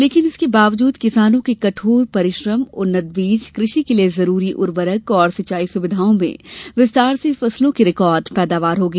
लेकिन इसके बावजूद किसानों के कठोर परिश्रम उन्नत बीज कृषि के लिये जरुरी उर्वरक और सिंचाई सुविधाओं में विस्तार से फसलों की रिकार्ड पैदावार होगी